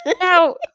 Now